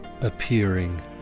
appearing